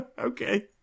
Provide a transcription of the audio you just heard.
Okay